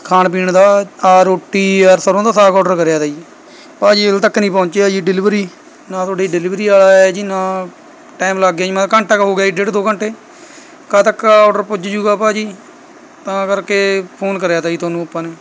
ਖਾਣ ਪੀਣ ਦਾ ਰੋਟੀ ਅਰ ਸਰ੍ਹੋਂ ਦਾ ਸਾਗ ਔਡਰ ਕਰਿਆ ਤਾ ਜੀ ਭਾਜੀ ਹਲੇ ਤੱਕ ਨਹੀਂ ਪਹੁੰਚਿਆ ਜੀ ਡਿਲਵਰੀ ਨਾ ਤੁਹਾਡੀ ਡਿਲਵਰੀ ਵਾਲਾ ਆਇਆ ਏ ਜੀ ਨਾ ਟਾਇਮ ਲੱਗ ਗਿਆ ਮਤਲਬ ਘੰਟਾ ਕੁ ਹੋ ਗਿਆ ਜੀ ਡੇਢ ਦੋ ਘੰਟੇ ਕਦ ਤੱਕ ਔਡਰ ਪੁੱਜ ਜੂਗਾ ਭਾਜੀ ਤਾਂ ਕਰਕੇ ਫੋਨ ਕਰਿਆ ਤਾ ਜੀ ਤੁਹਾਨੂੰ ਆਪਾਂ ਨੇ